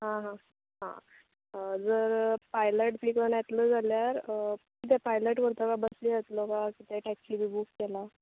आं हां आं जर पायलट बी कन्न येतलो जाल्यार ते पायलट व्हरता कांय बसीन येतलो काय कॅब एक्चुली बूक केला